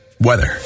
Weather